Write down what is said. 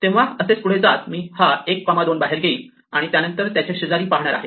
तेव्हा असेच पुढे जात मी हा 12 बाहेर घेईल आणि नंतर त्याचे शेजारी पाहणार आहे